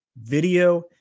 video